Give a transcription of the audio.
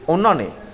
ਉਨ੍ਹਾਂ ਨੇ